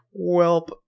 welp